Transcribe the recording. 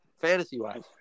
fantasy-wise